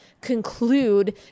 conclude